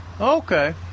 Okay